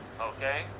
Okay